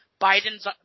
Biden's